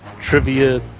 trivia